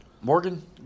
Morgan